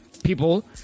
People